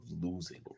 losing